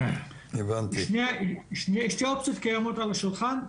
שתי האופציות קיימות על השולחן,